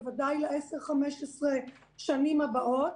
בוודאי ל-10 15 השנים הבאות,